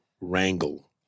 wrangle